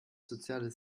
soziales